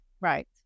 Right